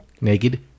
Naked